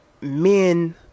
men